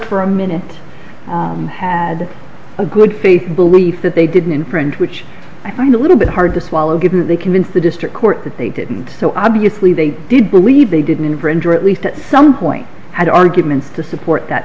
for a minute had a good faith belief that they didn't in print which i find a little bit hard to swallow given that they convinced the district court that they didn't so obviously they did believe they didn't infringe or at least at some point had arguments to support that